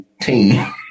team